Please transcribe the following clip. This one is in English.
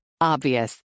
Obvious